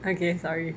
okay sorry